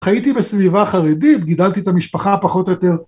‫חייתי בסביבה חרדית, ‫גידלתי את המשפחה פחות או יותר.